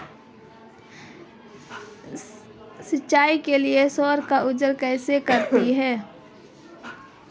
सिंचाई के लिए सौर ऊर्जा कैसी रहती है?